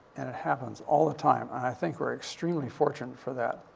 and it happens all the time. and i think we're extremely fortunate for that.